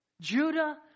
Judah